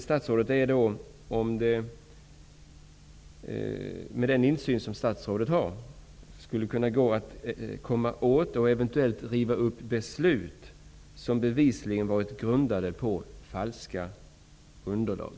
Kan man, med den insyn som statsrådet har, riva upp beslut, som bevisligen har varit grundade på falska underlag?